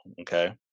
okay